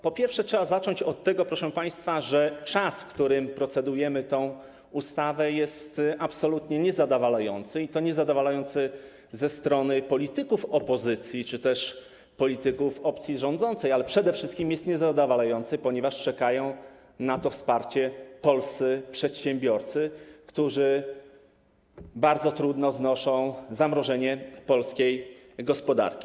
Po pierwsze, trzeba zacząć od tego, proszę państwa, że czas, w którym procedujemy nad tą ustawą, jest absolutnie niezadowalający, i to niezadowalający ze strony polityków opozycji czy też polityków opcji rządzącej, ale przede wszystkim jest niezadowalający, ponieważ czekają na to wsparcie polscy przedsiębiorcy, którzy bardzo ciężko znoszą zamrożenie polskiej gospodarki.